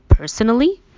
Personally